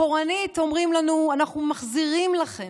אחורנית, אומרים לנו: אנחנו מחזירים לכם,